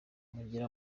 mugire